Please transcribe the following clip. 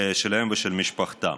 שלהם ושל משפחתם.